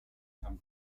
san